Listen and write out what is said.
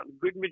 good